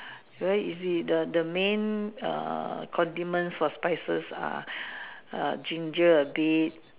very easy the the main err condiments for spices are ginger a bit